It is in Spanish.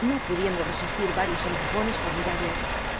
no pudiendo resistir varios empujones formidables